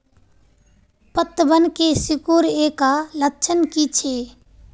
पतबन के सिकुड़ ऐ का लक्षण कीछै?